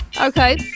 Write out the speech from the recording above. Okay